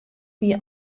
wie